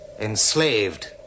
Enslaved